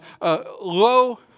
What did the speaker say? low